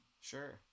sure